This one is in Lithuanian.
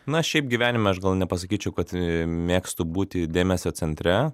na šiaip gyvenime aš gal nepasakyčiau kad mėgstu būti dėmesio centre